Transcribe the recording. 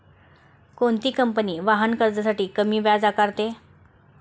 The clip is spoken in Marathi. कोणती कंपनी वाहन कर्जासाठी कमी व्याज आकारते?